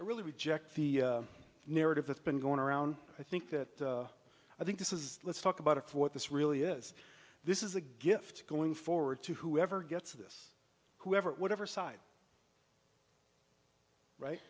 really reject the narrative that's been going around i think that i think this is let's talk about what this really is this is a gift going forward to whoever gets this whoever whatever side right